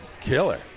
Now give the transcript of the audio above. killer